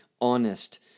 honest